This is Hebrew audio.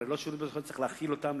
הרי לא שירות בתי-הסוהר יצטרך להאכיל אותם,